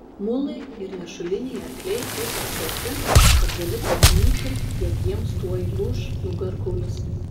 mulai ir nešuliniai arkliai taip apkrauti kad gali pamanyti jog jiems tuoj lūš nugarkaulis